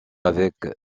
avec